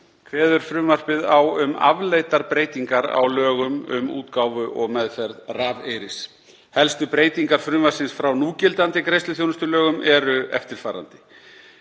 kveður frumvarpið á um afleiddar breytingar á lögum um útgáfu og meðferð rafeyris. Helstu breytingar frumvarpsins frá núgildandi greiðsluþjónustulögum eru eftirfarandi: